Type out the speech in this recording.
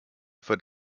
for